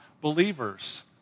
believers